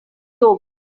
yoga